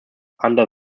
under